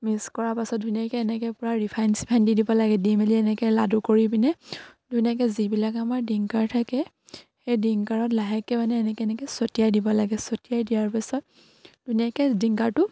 mix কৰাৰ পাছত ধুনীয়াকে এনেকে পূৰা ৰিফাইন চিফাইন দি দিব লাগে দি মেলি এনেকে লাডু কৰি পিনে ধুনীয়াকে যিবিলাক আমাৰ ডিংকাৰ থাকে সেই ডিংকাৰত লাহেকে মানে এনেকে এনেকে ছটিয়াই দিব লাগে ছটিয়াই দিয়াৰ পাছত ধুনীয়াকে ডিংকাৰটো